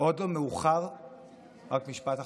עוד לא מאוחר, רק משפט אחרון.